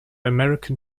american